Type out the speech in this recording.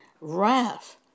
Wrath